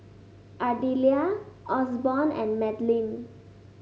Ardelia Osborne and Madlyn